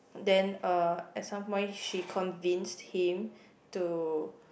then uh at some point she convinced him to